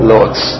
Lord's